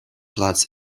platz